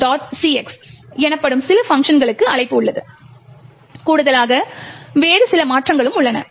cx எனப்படும் சில பங்க்ஷன்களுக்கு அழைப்பு உள்ளது கூடுதலாக வேறு சில மாற்றங்களும் உள்ளன